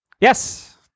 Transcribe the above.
yes